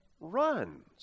runs